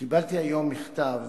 קיבלתי היום מכתב